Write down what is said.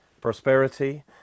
Prosperity